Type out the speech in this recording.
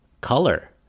color